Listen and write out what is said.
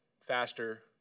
faster